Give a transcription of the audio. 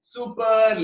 Super